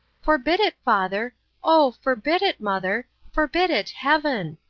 forbid it, father oh! forbid it, mother forbid it, heaven.